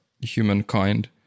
humankind